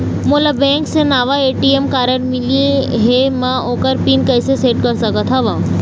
मोला बैंक से नावा ए.टी.एम कारड मिले हे, म ओकर पिन कैसे सेट कर सकत हव?